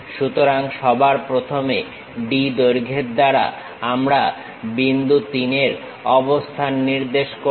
সুতরাং সবার প্রথমে D দৈর্ঘ্যের দ্বারা আমরা বিন্দু 3 এর অবস্থান নির্দেশ করব